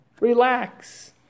Relax